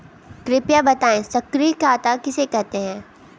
कृपया बताएँ सक्रिय खाता किसे कहते हैं?